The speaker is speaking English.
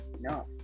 no